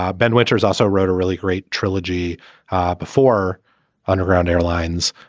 ah ben winters also wrote a really great trilogy before underground airlines